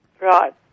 Right